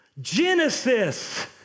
Genesis